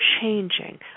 changing